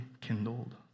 kindled